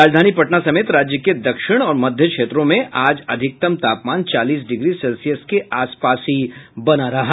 राजधानी पटना समेत राज्य के दक्षिण और मध्य क्षेत्रों में आज अधिकतम तापमान चालीस डिग्री सेल्सियस के आसपास बना रहा